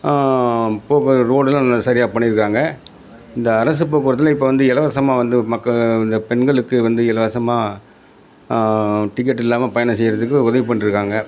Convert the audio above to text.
போக்குவர ரோடுலாம் நல்லா சரியாக பண்ணிருக்காங்க இந்த அரசு போக்குவரத்தில் இப்போ வந்து இலவசமாக வந்து மக்கள் இந்த பெண்களுக்கு வந்து இலவசமாக டிக்கெட் இல்லாமல் பயணம் செய்கிறதுக்கு உதவி பண்ணிட்டுருக்காங்க